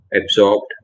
absorbed